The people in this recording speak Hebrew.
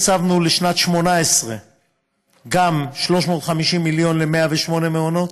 הקצבנו לשנת 2018 גם 350 מיליון ל-108 מעונות.